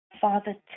father